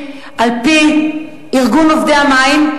על-פי ארגון עובדי המים,